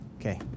Okay